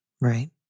Right